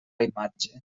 imatge